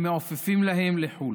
הם מעופפים להם לחו"ל,